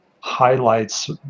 highlights